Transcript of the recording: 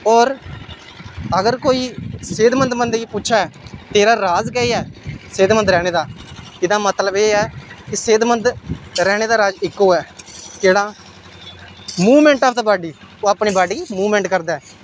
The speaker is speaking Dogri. होर अगर कोई सेह्तमंद बंदे गी पुच्छै तेरा राज केह् ऐ सेह्तमंद रैह्ने दा एहदा मतलब एह् ऐ कि सेह्तमंद रैह्ने दा राज इक्को ऐ केह्ड़ा मूवमेंट आफ दा बाडी ओह् अपनी बाडी मूवमेंट करदा ऐ